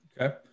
Okay